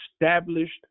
established